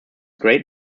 great